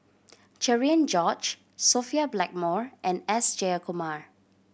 Cherian George Sophia Blackmore and S Jayakumar